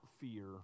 fear